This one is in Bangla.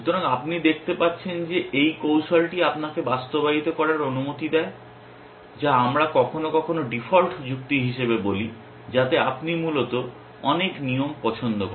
সুতরাং আপনি দেখতে পাচ্ছেন যে এই কৌশলটি আপনাকে বাস্তবায়িত করার অনুমতি দেয় যা আমরা কখনও কখনও ডিফল্ট যুক্তি হিসাবে বলি যাতে আপনি মূলত অনেক নিয়ম পছন্দ করেন